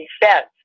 Defense